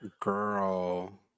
girl